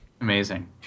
Amazing